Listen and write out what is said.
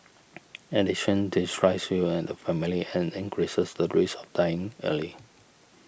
addiction destroys you and family and increases the risk of dying early